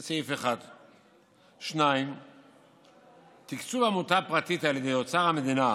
זה, 1. תקצוב עמותה פרטית על ידי אוצר המדינה